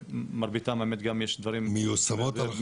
שמרביתן באמת יש דברים --- מיושמות הלכה למעשה?